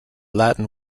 latin